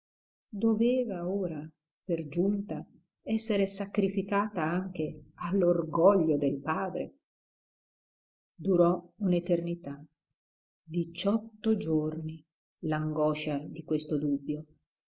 doveva ora per giunta essere sacrificata anche all'orgoglio del padre durò un'eternità diciotto giorni l'angoscia di questo dubbio